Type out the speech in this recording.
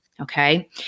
Okay